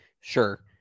sure